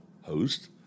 host